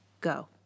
go